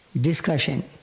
discussion